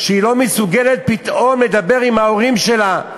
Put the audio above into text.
כשהיא לא מסוגלת פתאום לדבר עם ההורים שלה,